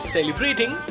Celebrating